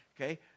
Okay